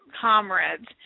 comrades